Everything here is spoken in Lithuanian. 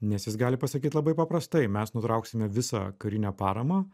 nes jis gali pasakyt labai paprastai mes nutrauksime visą karinę paramą